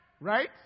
Right